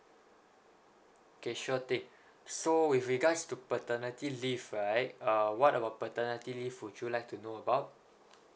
okay sure thing so with regards to paternity leave right uh what about paternity leave would you like to know about